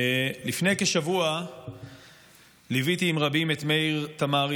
לפני כשבוע ליוויתי עם רבים את מאיר תמרי,